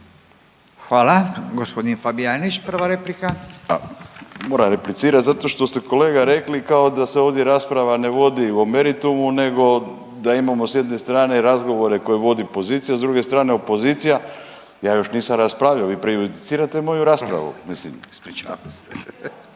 Erik (Nezavisni)** Hvala. Moram replicirat zato što ste kolega rekli kao da se ovdje rasprava ne vodi o meritumu nego da imamo s jedne strane razgovore koje vodi pozicija, s druge strane opozicija. Ja još nisam raspravljao, vi prejudicirate moju raspravu …/Upadica: Dobro, ispričavam se./…